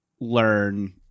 learn